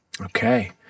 Okay